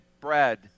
bread